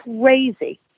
crazy